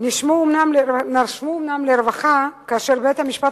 שנשמו אומנם לרווחה כאשר בית-המשפט